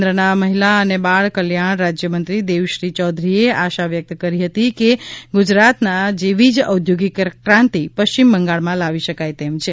કેન્દ્રનામહિલા અને બાળ કલ્યાણ રાજયમંત્રી દેવશ્રી ચૌધરીએ આશા વ્યકત કરી હતી કે ગુજરાતના જેવીજ ઔદ્યોગીક ક્રાંતી પશ્ચિમ બંગાળમાં લાવી શકાય તેમ છે